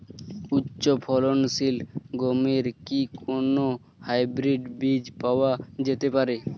উচ্চ ফলনশীল গমের কি কোন হাইব্রীড বীজ পাওয়া যেতে পারে?